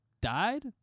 died